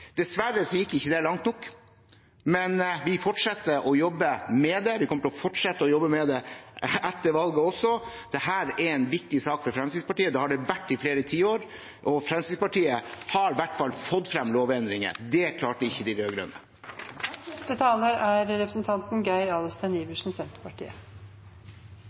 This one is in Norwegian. Dessverre gikk det ikke langt nok, men vi fortsetter å jobbe med det, og vi kommer til å fortsette å jobbe med det også etter valget. Dette er en viktig sak for Fremskrittspartiet. Det har det vært i flere tiår, og Fremskrittspartiet har i hvert fall fått frem lovendringer. Det klarte ikke de rød-grønne. Jeg har sittet og hørt litt på denne debatten, og jeg er